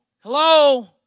Hello